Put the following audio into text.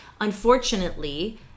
unfortunately